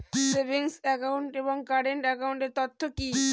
Savings account এবং current একাউন্টের অর্থ কি?